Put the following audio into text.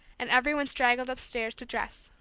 and everybody straggled upstairs to dress.